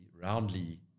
roundly